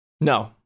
no